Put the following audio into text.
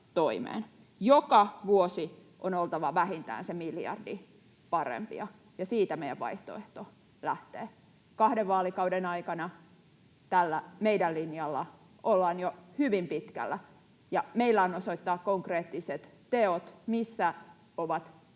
Joka vuosi on oltava vähintään sen miljardin parempia, ja siitä meidän vaihtoehtomme lähtee. Kahden vaalikauden aikana tällä meidän linjallamme ollaan jo hyvin pitkällä, ja meillä on osoittaa konkreettiset teot. Missä ovat teidän